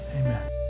amen